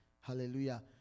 hallelujah